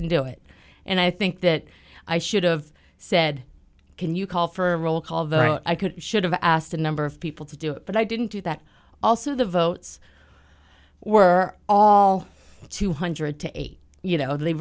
and do it and i think that i should've said can you call for a roll call vote i could should have asked a number of people to do it but i didn't do that also the votes were all two hundred to eight you know they